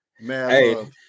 Man